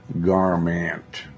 garment